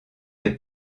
est